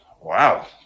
Wow